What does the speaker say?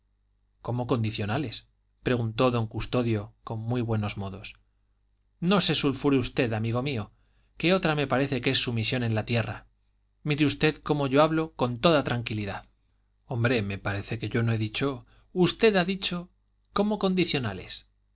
cómo condicionales preguntó don custodio con muy buenos modos no se sulfure usted amigo mío que otra me parece que es su misión en la tierra mire usted como yo hablo con toda tranquilidad hombre me parece que yo no he dicho usted ha dicho cómo condicionales